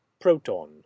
proton